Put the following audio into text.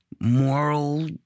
moral